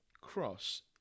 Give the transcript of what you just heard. Cross